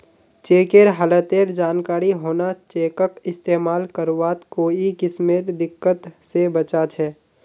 चेकेर हालतेर जानकारी होना चेकक इस्तेमाल करवात कोई किस्मेर दिक्कत से बचा छे